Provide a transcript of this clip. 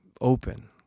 open